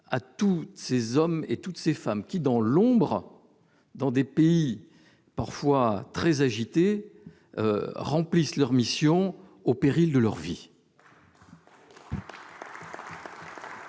à tous ces hommes et à toutes ces femmes qui, dans l'ombre, dans des pays parfois très agités, remplissent leur mission au péril de leur vie.